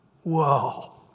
Whoa